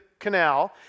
canal